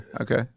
okay